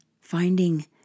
finding